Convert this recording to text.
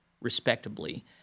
respectably